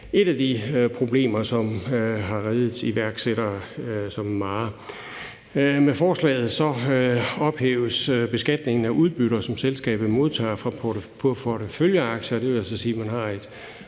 et af de problemer, som har redet iværksættere som en mare. Med forslaget ophæves beskatningen af udbytter, som selskabet modtager på porteføljeaktier.